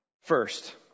First